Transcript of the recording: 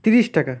তিরিশ টাকা